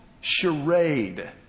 charade